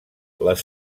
les